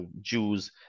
Jews